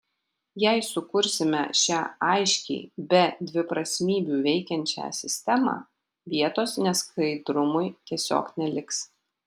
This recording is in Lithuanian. jei sukursime šią aiškiai be dviprasmybių veikiančią sistemą vietos neskaidrumui tiesiog neliks